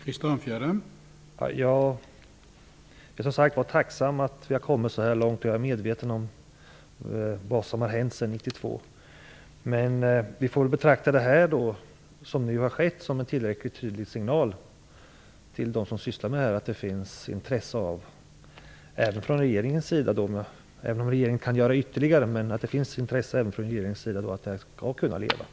Herr talman! Jag är som sagt var tacksam för att vi har kommit så här långt, och jag är medveten om vad som har hänt sedan 1992. Vi får väl betrakta det som nu har skett som en tillräckligt tydlig signal till dem som sysslar med detta ärende om att -- även om regeringen kan göra något ytterligare -- det finns intresse även från regeringens sida av att smalspårsverksamheten skall kunna leva.